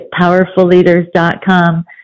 powerfulleaders.com